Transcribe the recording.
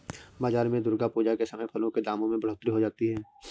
बाजार में दुर्गा पूजा के समय फलों के दामों में बढ़ोतरी हो जाती है